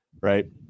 right